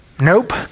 Nope